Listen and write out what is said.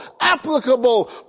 applicable